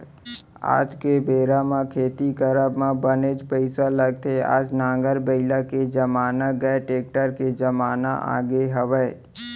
आज के बेरा म खेती करब म बनेच पइसा लगथे आज नांगर बइला के जमाना गय टेक्टर के जमाना आगे हवय